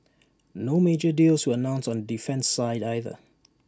no major deals were announced on the defence side either